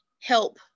help